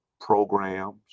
programs